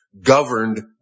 governed